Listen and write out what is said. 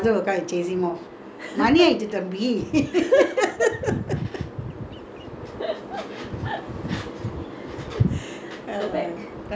there was so much of fun in those days you know everybody was so happy